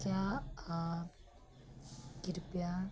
क्या आप कृप्या